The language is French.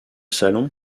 salon